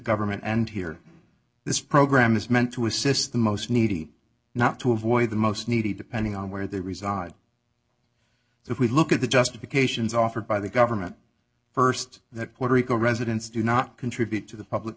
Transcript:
government and here this program is meant to assist the most needy not to avoid the most needy depending on where they reside so if we look at the justifications offered by the government st that puerto rico residents do not contribute to the public